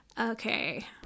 Okay